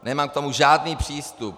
Nemám k tomu žádný přístup.